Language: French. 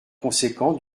conséquent